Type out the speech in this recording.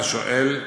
השואל,